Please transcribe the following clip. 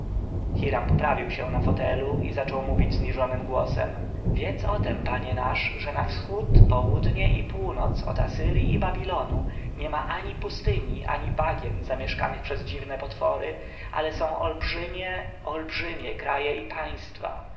hiram poprawił się na fotelu i zaczął mówić zniżonym głosem wiedz o tem panie nasz że na wschód południe i północ od asyrji i babilonu niema ani pustyni ani bagien zamieszkałych przez dziwne potwory ale są olbrzymie olbrzymie kraje i państwa